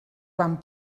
van